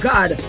God